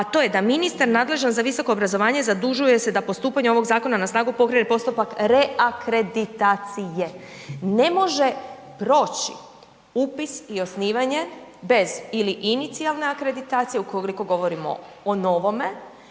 a to je da ministar nadležan za visoko obrazovanje zadužuje se da postupanje ovog zakona na snagu pokrene postupak reakreditacije. Ne može proći upis i osnivanje bez ili inicijalne akreditacije ukoliko govorimo o novome